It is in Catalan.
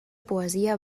poesia